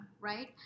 right